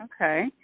Okay